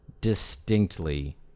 distinctly